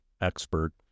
expert